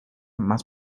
más